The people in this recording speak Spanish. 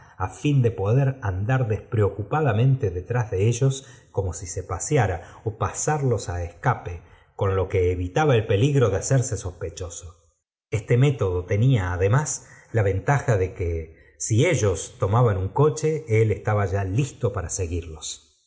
a fin de poder andar despreocupadamente de tras de ellos como si se paseara ó pasarlos á e s cape con lo que evitaba el peligro de hacerse sos vjf pípechoso este método tenía además la ventaja i de que si ellos tomaban un coche él estaba ya sj listo para seguirlos